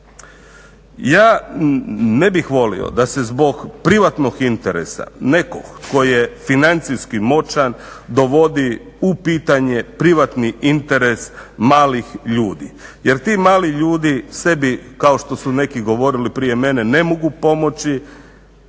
Ja ne bih volio da se zbog privatnog interesa nekog tko je financijski moćan dovodi u pitanje privatni interes malih ljudi. Jer ti mali ljudi sebi kao što su neki govorili prije mene ne mogu pomoći,